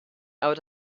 out